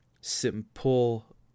simple